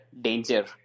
danger